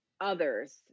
others